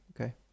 okay